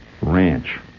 Ranch